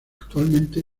actualmente